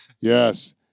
Yes